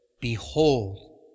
Behold